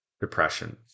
depression